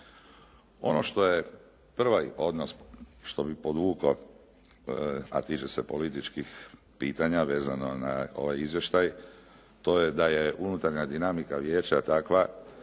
Ono što je prvi odnos, što bi podvukao a tiče se političkih pitanja vezano na ovaj izvještaj to je da je unutarnja dinamika vijeća takva